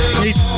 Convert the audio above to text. need